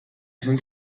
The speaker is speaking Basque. esan